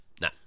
No